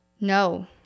No